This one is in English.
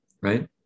right